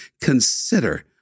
consider